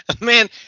Man